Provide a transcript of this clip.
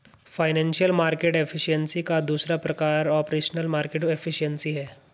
financial market efficiency का दूसरा प्रकार ऑपरेशनल मार्केट एफिशिएंसी है